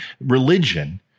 religion